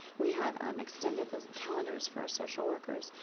we have um extended the calendars for our social workers.